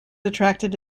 attracted